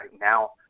now